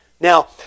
Now